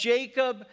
Jacob